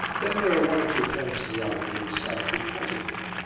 then there are one or two points in the article itself which puzzle me.